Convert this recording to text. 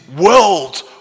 world